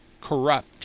corrupt